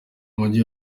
mujyi